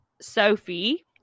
Sophie